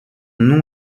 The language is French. nom